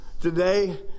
today